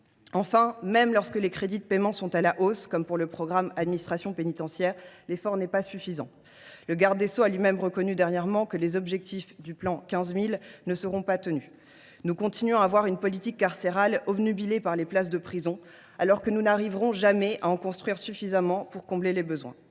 Enfin, même lorsque les crédits de paiement sont à la hausse, comme pour le programme « Administration pénitentiaire », l’effort n’est pas suffisant. Le garde des sceaux a lui même reconnu dernièrement que les objectifs du « plan 15 000 » ne seront pas tenus. Notre politique carcérale continue d’être obnubilée par les places de prison, alors que nous n’arriverons jamais à en construire suffisamment pour combler les besoins.